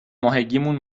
ماهگیمون